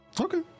Okay